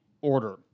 order